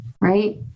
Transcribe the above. right